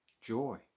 Joy